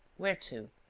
where to?